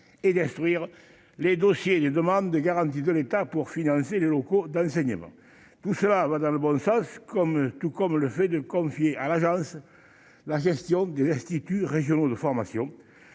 et d'instruire les dossiers de demandes de garantie de l'État pour financer les locaux d'enseignement, tout cela va dans le bon sens comme tout comme le fait de confier à l'agence, la gestion des instituts régionaux de formation